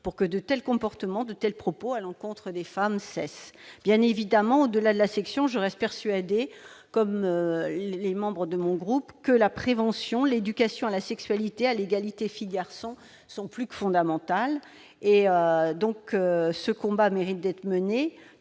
pour que de tels comportements et de tels propos à l'encontre des femmes cessent. Bien évidemment, au-delà de la sanction, je reste persuadée que la prévention et l'éducation à la sexualité et à l'égalité filles-garçons sont plus que fondamentales. Ce combat mérite d'être mené,